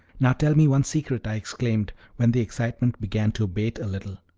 now, tell me one secret, i exclaimed, when the excitement began to abate a little.